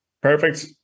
Perfect